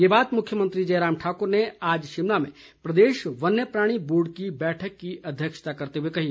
ये बात मुख्यमंत्री जयराम ठाकुर ने आज शिमला में प्रदेश वन्य प्राणी बोर्ड की बैठक की अध्यक्षता करते हुए कही